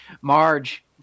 Marge